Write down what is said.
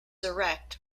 erect